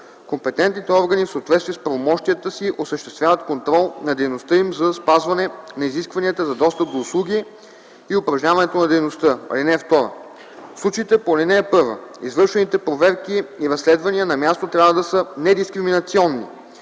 компетентните органи в съответствие с правомощията си осъществяват контрол на дейността им за спазване на изискванията за достъп до услуги и упражняването на дейността. (2) В случаите по ал. 1 извършваните проверки и разследвания на място трябва да са недискриминационни,